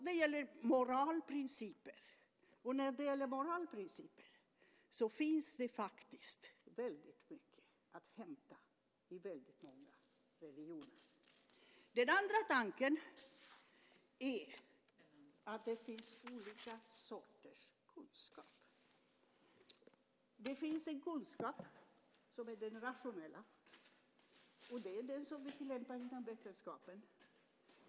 Det gäller moralprinciper, och när det gäller moralprinciper finns det faktiskt väldigt mycket att hämta i väldigt många religioner. Den andra tanken är att det finns olika sorters kunskap. Det finns en rationell kunskap, och det är den som vi tillämpar inom vetenskapen.